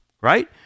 right